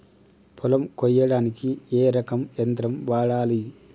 పొలం కొయ్యడానికి ఏ రకం యంత్రం వాడాలి?